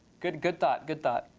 good good thought, good thought.